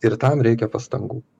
ir tam reikia pastangų